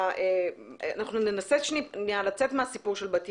בוא ננסה לצאת מהסיפור של בת ים.